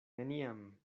neniam